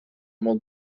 molt